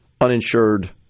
uninsured